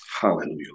Hallelujah